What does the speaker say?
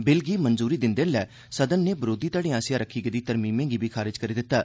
bill गी मंजूरी दिंदे लै सदन नै विरोधी घड़ें आस्सेआ रखी गेदिए तरमीमें गी बी खारज करी दित्ता